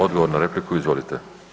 Odgovor na repliku, izvolite.